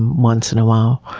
once in a while.